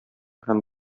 һәм